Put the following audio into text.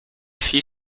fit